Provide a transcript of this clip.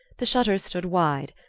the shutters stood wide,